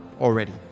already